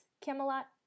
Camelot